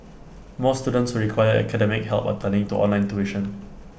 more students require academic help are turning to online tuition